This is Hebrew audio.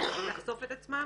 לחשוף את עצמם.